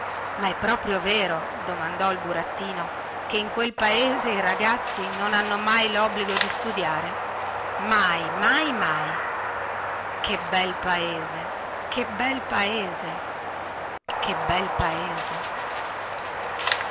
ma è proprio vero domandò il burattino che in quel paese i ragazzi non hanno mai lobbligo di studiare mai mai mai che bel paese che bel paese che bel paese